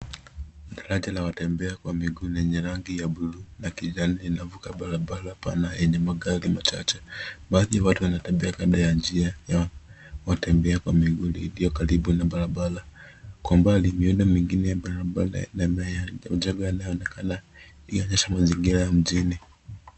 Daraja la watembea kwa miguu lenye rangi ya buluu na kijani, linavuka barabara pana yenye magari machache. Baadhi ya watu wanatembea kwa njia ya watembea kwa miguu iliyo karibu na barabara. Kwa mbali miundo mingine ya barabara majengo yanaonekana yanaonyesha mazingira ya mjini.